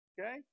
Okay